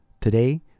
Today